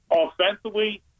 offensively